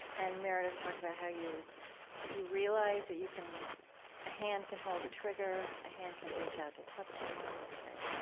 and meredith talked about how you you realized that you can a hand can hold a trigger, a hand can reach out to touch someone, right.